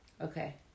Okay